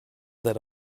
that